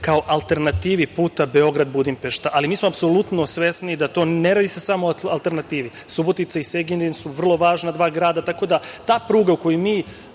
kao alternativi puta Beograd – Budimpešta, ali mi smo apsolutno svesni da se ne radi samo o alternativi. Subotica i Segedin su vrlo važna dva grada, tako da ta pruga u koju mi